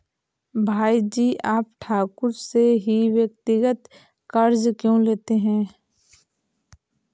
भाई जी आप ठाकुर जी से ही व्यक्तिगत कर्ज क्यों लेते हैं?